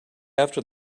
after